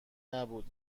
نبود